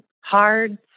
Hard